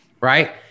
right